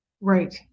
Right